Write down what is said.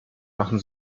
machen